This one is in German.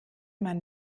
man